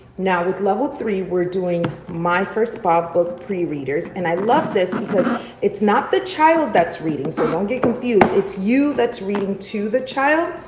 now with level three, we're doing my first bob book pre-readers and i love this because it's not the child that's reading so don't get confused. it's you that's reading to the child.